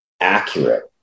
accurate